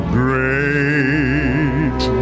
great